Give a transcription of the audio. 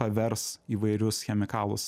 pavers įvairius chemikalus